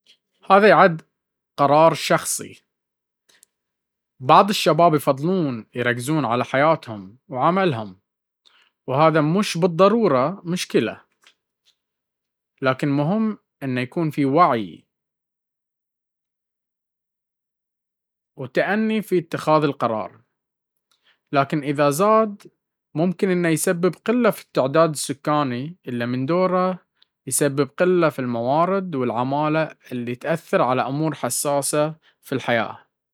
هذا قرار شخصي، بعض الشباب يفضلون يركزون على حياتهم وعملهم، وهذا مش بالضرورة مشكلة. لكن مهم يكون فيه وعي وتأني في اتخاذ القرار, لاكن اذا زاد ممكن انه يسبب قلة في التعداد السكاني اللي من دوره يسبب قلة في الموارد والعمالة اللي تأثر على أمور حساسة في الجياة.